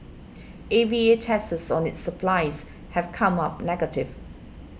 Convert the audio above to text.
A V A tests on its supplies have come up negative